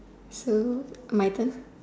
So my turn